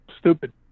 stupid